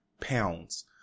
pounds